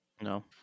No